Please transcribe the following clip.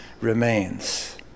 remains